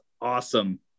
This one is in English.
awesome